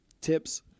Tips